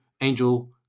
angel